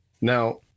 Now